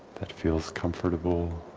that feels comfortable,